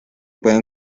pueden